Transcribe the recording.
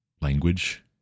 language